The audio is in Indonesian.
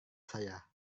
saya